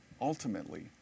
ultimately